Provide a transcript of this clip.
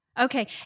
Okay